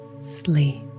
sleep